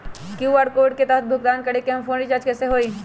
QR code के तहद भुगतान करके हम फोन रिचार्ज कैसे होई?